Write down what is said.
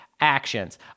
actions